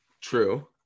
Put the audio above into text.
True